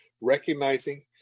Recognizing